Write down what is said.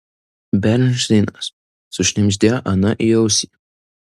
bernšteinas sušnibždėjo ana į ausį